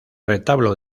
retablo